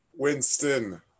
Winston